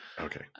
Okay